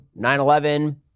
9-11